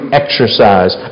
exercise